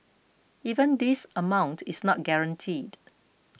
even this amount is not guaranteed